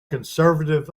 conservative